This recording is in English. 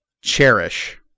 cherish